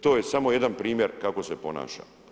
To je samo jedan primjer kako se ponaša.